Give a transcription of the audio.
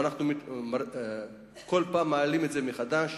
ואנחנו כל פעם מעלים את זה מחדש,